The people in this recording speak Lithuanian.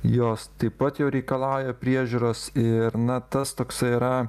jos taip pat jau reikalauja priežiūros ir na tas toksai yra